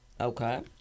Okay